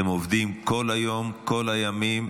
אתם עובדים כל היום, כל הימים,